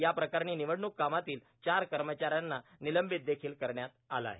याप्रकरणी निवडणूक कामातील चार कर्मचाऱ्यांना निलंबित देखिल करण्यात आलं आहे